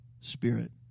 spirit